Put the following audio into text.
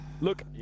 Look